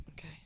Okay